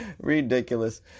Ridiculous